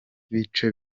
bice